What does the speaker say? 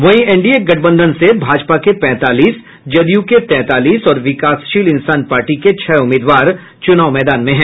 वहीं एनडीए गठबंधन से भाजपा के पैंतालीस जदयू के तैंतालीस और विकासशील इंसान पार्टी के छह उम्मीदवार चुनाव मैदान में हैं